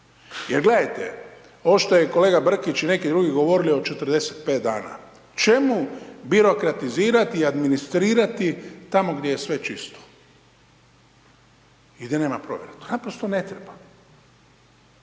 Jer gledajte ovo što je kolega Brkić i neki drugi govorili o 45 dana, čemu birokratizirati i administrirati tamo gdje je sve čisto i gdje nema provjere, to naprosto ne treba.